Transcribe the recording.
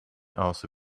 also